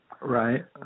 Right